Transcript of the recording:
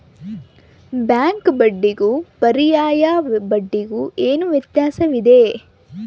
Bank ಬಡ್ಡಿಗೂ ಪರ್ಯಾಯ ಬಡ್ಡಿಗೆ ಏನು ವ್ಯತ್ಯಾಸವಿದೆ?